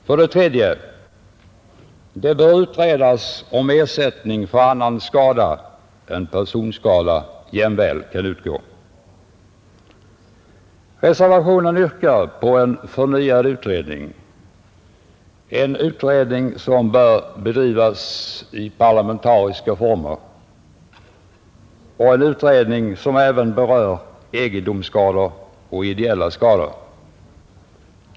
För det tredje bör det utredas om inte också ersättning för annan skada än personskada skall kunna utgå. Reservanterna har yrkat på förnyad utredning, som bör bedrivas i parlamentariska former och även röra egendomsskador och ideella skador.